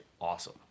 awesome